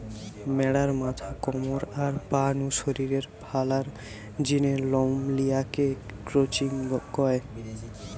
ম্যাড়ার মাথা, কমর, আর পা নু শরীরের ভালার জিনে লম লিয়া কে ক্রচিং কয়